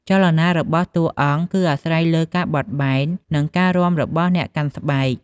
ចលនារបស់តួអង្គគឺអាស្រ័យលើការបត់បែន និងការរាំរបស់អ្នកកាន់ស្បែក។